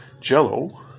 jello